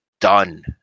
done